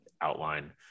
outline